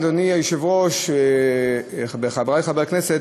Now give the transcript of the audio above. אדוני היושב-ראש וחברי חברי הכנסת,